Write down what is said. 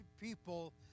people